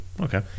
Okay